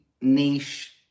niche